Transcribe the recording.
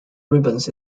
ribbons